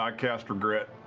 ah cast regret.